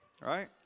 right